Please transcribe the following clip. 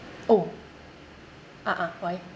oh ah ah why